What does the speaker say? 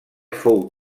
fou